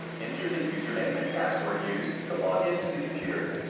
enter the user name and password used to log in to the computer.